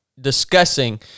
discussing